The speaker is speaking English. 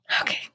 Okay